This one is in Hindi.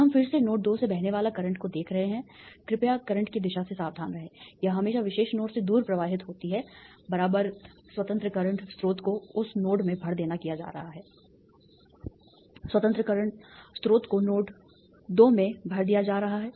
तो हम फिर से नोड 2 से बहने वाला करंट को देख रहे हैं कृपया करंट की दिशा से सावधान रहें यह हमेशा विशेष नोड से दूर प्रवाहित होती है स्वतंत्र करंट स्रोत को उस नोड में भर देना किया जा रहा है स्वतंत्र करंट स्रोत को नोड 2 में भर दिया जा रहा है